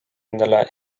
endale